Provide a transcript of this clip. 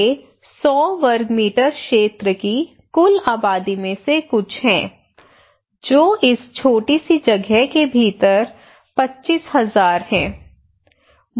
ये 100 वर्ग मीटर क्षेत्र की कुल आबादी में से कुछ हैं जो इस छोटी सी जगह के भीतर 25000 हैं